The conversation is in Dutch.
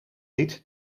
niet